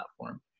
platform